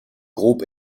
grob